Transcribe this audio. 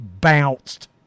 bounced